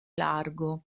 largo